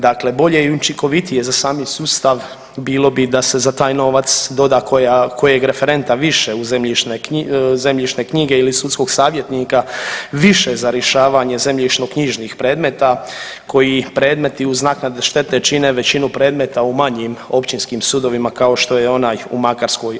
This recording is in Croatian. Dakle, bolje i učinkovitije za sami sustav bilo bi da se za taj novac doda koja, kojeg referenta više u zemljišne knjige ili sudskog savjetnika više za rješavanje zemljišno knjižnih predmeta koji predmeti uz naknadu štete čine većinu predmeta u manjim općinskim sudovima kao što je onaj u Makarskoj.